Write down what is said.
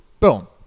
Boom